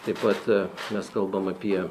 taip pat mes kalbam apie